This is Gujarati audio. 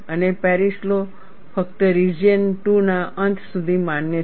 અને પેરિસ લૉ ફક્ત રિજિયન 2 ના અંત સુધી માન્ય છે